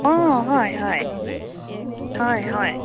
অঁ হয় হয় হয় হয়